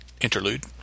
interlude